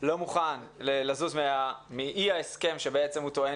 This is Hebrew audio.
לא מוכן לזוז מאי ההסכם שבעצם הוא טוען